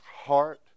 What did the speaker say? heart